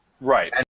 Right